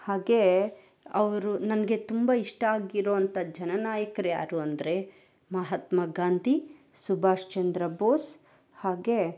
ಹಾಗೇ ಅವರು ನನಗೆ ತುಂಬ ಇಷ್ಟ ಆಗಿರುವಂತ ಜನನಾಯಕ್ರು ಯಾರು ಅಂದರೆ ಮಹಾತ್ಮ ಗಾಂಧಿ ಸುಭಾಷ್ ಚಂದ್ರ ಬೋಸ್ ಹಾಗೇ